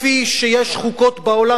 כפי שיש חוקות בעולם,